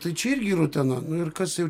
tai čia irgi rutena nu ir kas jau